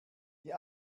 die